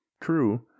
True